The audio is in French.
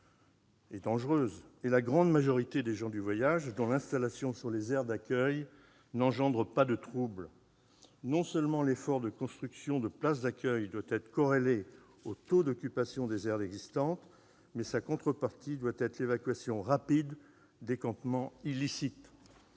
dangereuses, et la grande majorité des gens du voyage, dont l'installation sur les aires d'accueil n'engendre pas de troubles. Non seulement l'effort de construction de places d'accueil doit être corrélé au taux d'occupation des aires existantes, mais sa contrepartie doit être l'évacuation rapide des campements illicites.